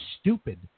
stupid